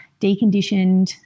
deconditioned